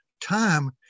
time